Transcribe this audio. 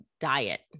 diet